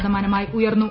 ശതമാനമായി ഉയർന്നു